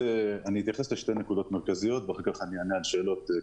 אתייחס לשתי נקודות מרכזיות ואחר כך אענה על שאלות.